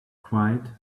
quiet